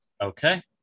Okay